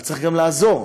אבל צריך גם לעזור,